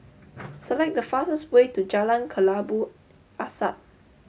select the fastest way to Jalan Kelabu Asap